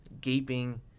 gaping